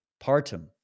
Partum